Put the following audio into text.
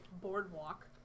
Boardwalk